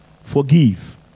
forgive